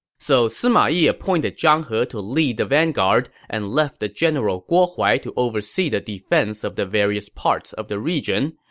so sima yi appointed zhang he to lead the vanguard and left the general guo huai to oversee the defense of the various parts of the region,